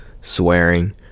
swearing